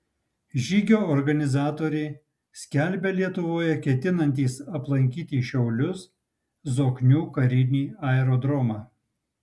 žygio organizatoriai skelbia lietuvoje ketinantys aplankyti šiaulius zoknių karinį aerodromą